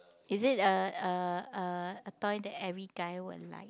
is it a a a a toy that every guy will like